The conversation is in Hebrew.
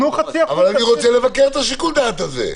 אבל אני רוצה לבקר את שיקול הדעת הזה.